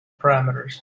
parameters